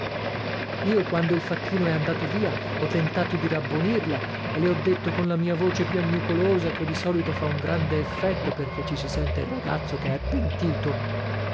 io quando il facchino è andato via ho tentato di rabbonirla e le ho detto con la mia voce piagnucolosa che di solito fa un grande effetto perché ci si sente il ragazzo che è pentito